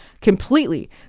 completely